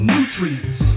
Nutrients